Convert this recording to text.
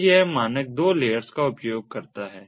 तो यह मानक दो लेयर्स का उपयोग करता है